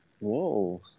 Whoa